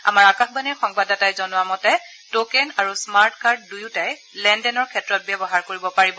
আমাৰ আকাশবাণীৰ সংবাদদাতাই জনোৱা মতে ট'কেন আৰু স্মাৰ্ট কাৰ্ড দুয়োটাই লেনদেনৰ ক্ষেত্ৰত ব্যৱহাৰ কৰিব পাৰিব